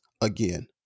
again